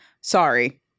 Sorry